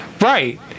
right